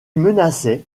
menaçait